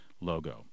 logo